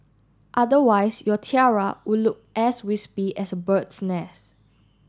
otherwise your tiara will look as wispy as a bird's nest